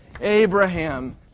Abraham